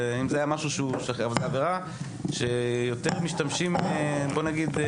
אבל זה עבירה שיותר משתמשים ---.